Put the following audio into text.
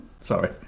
Sorry